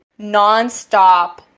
nonstop